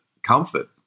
comfort